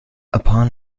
upon